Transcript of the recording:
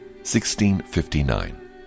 1659